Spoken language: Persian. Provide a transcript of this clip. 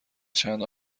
چند